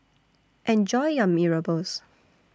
Enjoy your Mee Rebus